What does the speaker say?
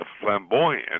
flamboyant